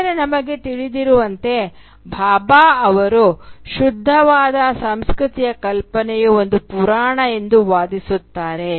ಆದರೆ ನಮಗೆ ತಿಳಿದಿರುವಂತೆ ಭಾಭಾ ಅವರು ಶುದ್ಧವಾದ ಸಂಸ್ಕೃತಿಯ ಕಲ್ಪನೆಯು ಒಂದು ಪುರಾಣ ಎಂದು ವಾದಿಸುತ್ತಾರೆ